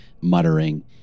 muttering